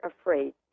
afraid